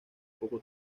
poco